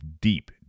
deep